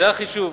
זה החישוב.